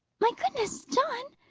my goodness, john!